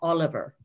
Oliver